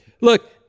Look